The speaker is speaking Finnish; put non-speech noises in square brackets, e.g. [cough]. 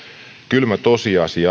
kylmä tosiasia [unintelligible]